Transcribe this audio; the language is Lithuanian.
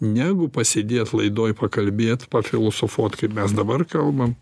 negu pasėdėt laidoj pakalbėt pafilosofuot kaip mes dabar kalbam